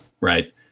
right